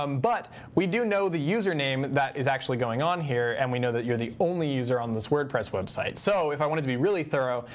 um but we do know the username that is actually going on here, and we know that you're the only user on this wordpress website. so if i wanted to be really thorough,